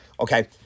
Okay